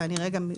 להגיד: